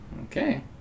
Okay